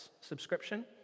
subscription